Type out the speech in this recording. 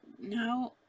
now